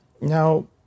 Now